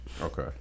Okay